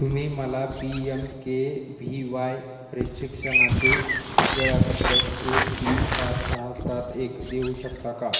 तुम्ही मला P M K V Y प्रशिक्षणाचे वेळापत्रक एक तीन पाच सहा सात एक देऊ शकता का